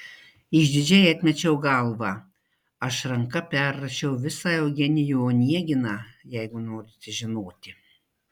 išdidžiai atmečiau galvą aš ranka perrašiau visą eugenijų oneginą jeigu norite žinoti